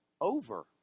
over